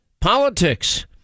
politics